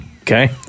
Okay